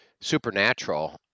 Supernatural